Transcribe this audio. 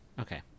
Okay